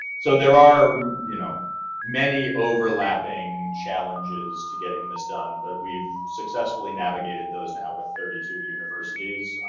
so there are you know many overlapping challenges to getting this done, but we've successfully navigated those now with thirty two universities.